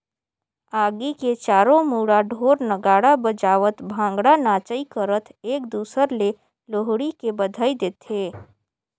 आगी के चारों मुड़ा ढोर नगाड़ा बजावत भांगडा नाचई करत एक दूसर ले लोहड़ी के बधई देथे